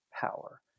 power